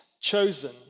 chosen